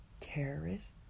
Terrorist